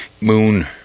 Moon